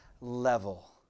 level